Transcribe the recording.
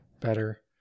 better